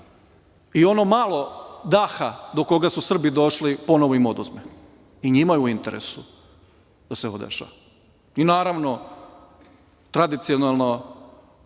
i ono malo daha do koga su Srbi došli ponovo im oduzme. I njima je u interesu da se ovo dešava. Naravno, tradicionalno